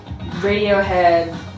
Radiohead